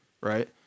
Right